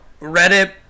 Reddit